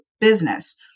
business